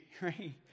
right